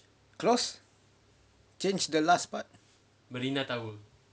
close change the last part